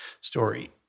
story